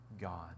God